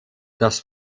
das